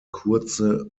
kurze